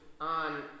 on